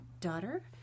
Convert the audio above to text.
daughter